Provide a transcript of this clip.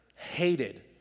hated